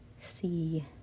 see